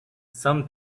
some